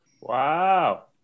Wow